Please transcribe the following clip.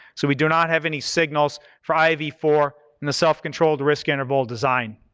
so we do not have any signals for i v four in the self-controlled risk interval design.